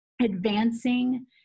advancing